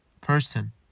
person